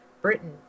Britain